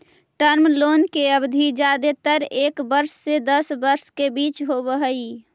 term loan के अवधि जादेतर एक वर्ष से दस वर्ष के बीच होवऽ हई